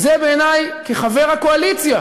וזה בעיני, כחבר הקואליציה